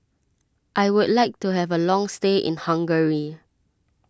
I would like to have a long stay in Hungary